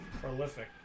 Prolific